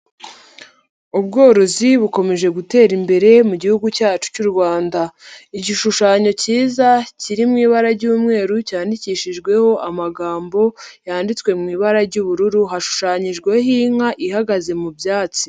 Ubworozi bukomeje gutera imbere mu gihugu cyacu cy'u Rwanda. Igishushanyo kiza kiri mu ibara ry'umweru cyandikishijweho amagambo yanditswe mu ibara ry'ubururu, hashushanyijweho inka ihagaze mu byatsi.